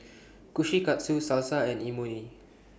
Kushikatsu Salsa and Imoni